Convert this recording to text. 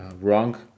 wrong